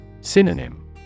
Synonym